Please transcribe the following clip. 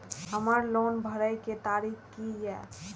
हमर लोन भरय के तारीख की ये?